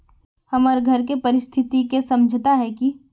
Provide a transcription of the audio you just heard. हमर घर के परिस्थिति के समझता है की?